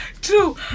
True